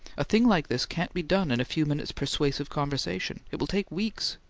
a thing like this can't be done in a few minutes' persuasive conversation. it will take weeks.